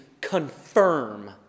confirm